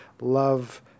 love